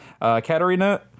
Katerina